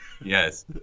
Yes